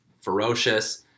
ferocious